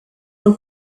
del